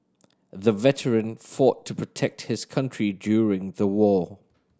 the veteran fought to protect his country during the war